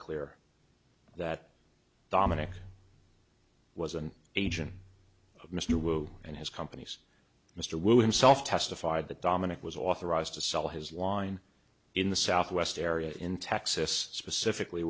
clear that dominic was an agent of mr wu and his company's mr will himself testified that dominic was authorized to sell his line in the southwest area in texas specifically